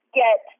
get